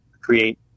create